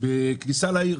בכניסה לעיר.